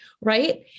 Right